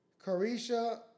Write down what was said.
Carisha